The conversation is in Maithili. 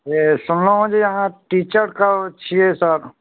जे सुनलहुँ हेँ जे अहाँ टीचरके छियै सर